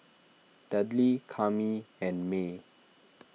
Dudley Kami and Maye